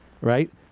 right